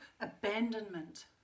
abandonment